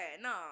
no